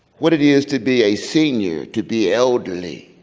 what it is to be a senior, to be elderly,